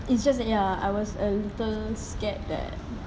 it's just that ya I was a little scared that